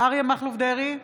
אריה מכלוף דרעי,